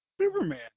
Superman